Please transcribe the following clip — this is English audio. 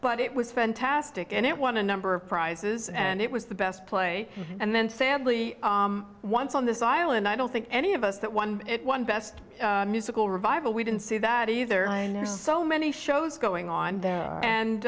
but it was fantastic and it won a number of prizes and it was the best play and then sadly once on this island i don't think any of us that won it won best musical revival we didn't see that either so many shows going on there and